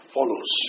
follows